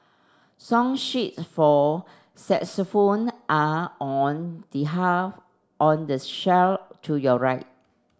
song sheets for saxophone are on the half on the shelf to your right